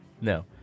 No